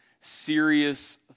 serious